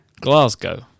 Glasgow